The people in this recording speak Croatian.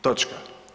Točka.